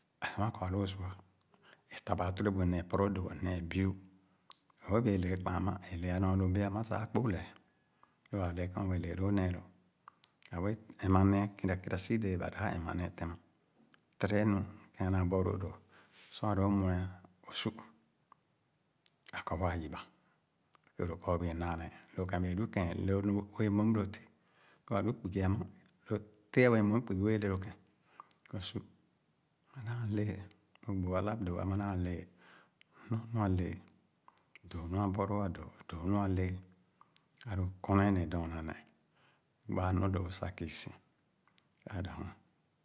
Ã'sua kɔ ãlo o'su, e lã ba tẽrẽbu ne͂e͂ pɔrɔ dógò neh ne͂e͂ bi'u. Lõ o'be͂e͂ ye le͂ ghe͂ kpa͂̀a͂̀n ama͂̀, e͂ le'a nɔ lo be͂e͂ amà sah kpõ lɛɛ, lõ le͂ ke͂ o'be͂e͂ le lõõ ne͂e͂ lõ. Ãba wee ɛmà ne͂e͂ kèrà kèrà sidee bã dãp ɛmà ne͂e͂ tɛma: tere nu kẽn a'naa bɔlõõ dõ sor àlo mue'a o'su. A'kɔ waa yübà. Kere o'kɔ o'kɔ o'be͂e͂ naana'e, lõ ke͂n be͂e͂ lu kɛ̃ɛ̃n. Lõ nu we͂e͂ müm lõ teh. Kɔ á'lu kpugi amà, tẽh a'wẽẽ müm kpugi we͂e͂ le lõ ke͂n. O'su a'nãã lee é gbo a'lãp dõõ amà naa lee. Lu nu a'le͂e͂, dõõ nua bɔɔlõõ a'dõõ; dõõ nu a'le͂e͂; a'lõ o'kɔnèè neh dɔɔna ne͂h. Bii gbaa nɔ dogò sah küsi, e